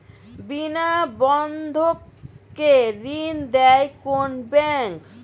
বিনা বন্ধক কে ঋণ দেয় কোন ব্যাংক?